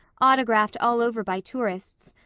autographed all over by tourists,